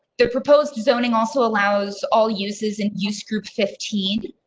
the proposed zoning also allows all uses in youth group fifteen.